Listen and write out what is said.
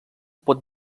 pot